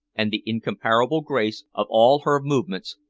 and the incomparable grace of all her movements,